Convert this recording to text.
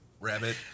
rabbit